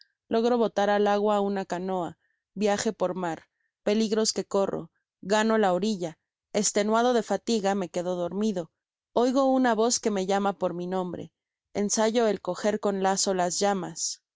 logro botar al agua una canoa viaje por mar peligros que corro gano la orilla es tenuado de fatiga me quedo dormido oigo una voz que me llama por mi nombre ensayo el coger con lazo jas llamas